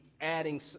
adding